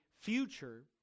future